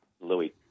Louis